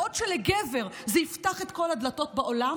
בעוד שלגבר זה יפתח את כל הדלתות בעולם,